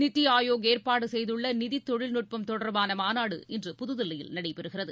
நித்தி ஆயோக் ஏற்பாடு செய்துள்ள நிதி தொழில்நுட்பம் தொடர்பான மாநாடு இன்று புதுதில்லியில் நடைபெறுகிறது